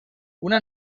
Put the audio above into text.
una